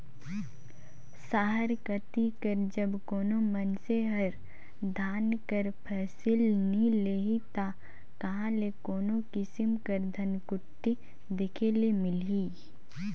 सहर कती जब कोनो मइनसे हर धान कर फसिल नी लेही ता कहां ले कोनो किसिम कर धनकुट्टी देखे ले मिलही